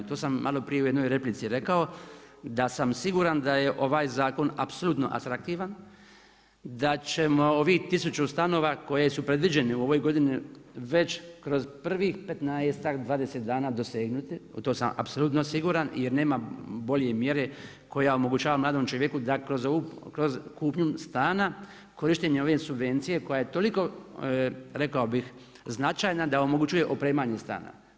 To sam maloprije u jednoj replici rekao, da sam siguran da je ovaj zakon apsolutno atraktivan, da ćemo ovih 1000 stanova koji su predviđeni u ovoj godini, već kroz prvih 15, 20 dana dosegnuti, u to sam apsolutno siguran, jer nema bolje mjere koja omogućava mladom čovjeku da kroz kupnju stanja, korištenjem ove subvencije koja je toliko rekao bih značajna da omogućuje opremanje stana.